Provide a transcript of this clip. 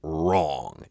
wrong